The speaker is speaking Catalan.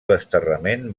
desterrament